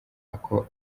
ako